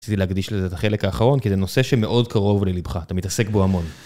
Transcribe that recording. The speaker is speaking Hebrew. רציתי להקדיש לזה את החלק האחרון, כי זה נושא שמאוד קרוב ללבך, אתה מתעסק בו המון.